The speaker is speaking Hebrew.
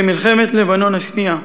במלחמת לבנון השנייה.